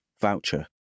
voucher